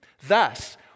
Thus